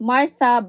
Martha